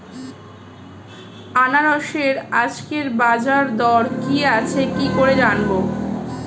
আনারসের আজকের বাজার দর কি আছে কি করে জানবো?